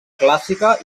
clàssica